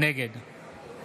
נגד